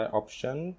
option